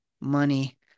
money